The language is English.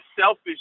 selfish